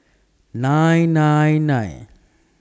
nine nine nine